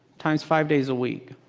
times five days a week.